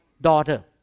daughter